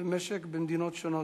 במשק במדינות שונות,